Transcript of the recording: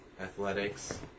Athletics